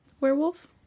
werewolf